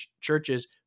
churches